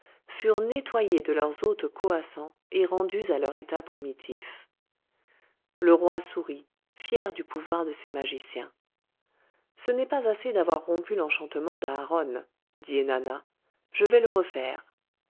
furent nettoyés de leurs hôtes coassants et rendus à leur état primitif le roi sourit fier du pouvoir de ses magiciens ce n'est pas assez d'avoir rompu l'enchantemant d'aharon dit ennana je vais le refaire